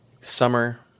Summer